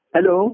Hello